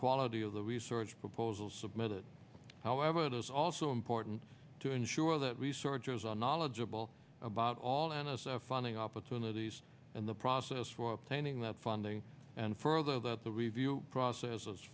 quality of the research proposal submitted however it is also important to ensure that researchers are knowledgeable about all anis funding opportunities and the process for obtaining that funding and further that the review process